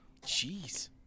Jeez